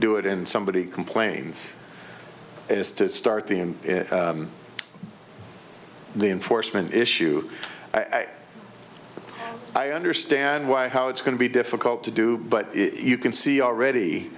do it and somebody complains is to start the in the enforcement issue i understand why how it's going to be difficult to do but you can see already